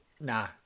nah